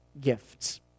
gifts